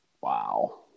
Wow